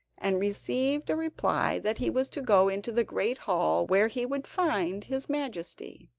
and received a reply that he was to go into the great hall, where he would find his majesty.